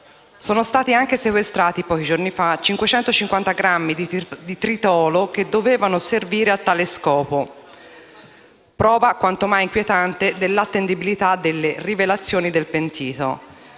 Sono stati anche sequestrati, giorni fa, 550 grammi di tritolo, che dovevano servire a questo scopo, prova quanto mai inquietante dell'attendibilità delle rivelazioni del pentito.